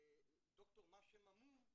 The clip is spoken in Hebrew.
ד"ר, מה שם המום?